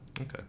Okay